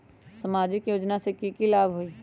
सामाजिक योजना से की की लाभ होई?